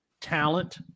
talent